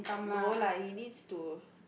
no lah he needs to